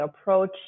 approach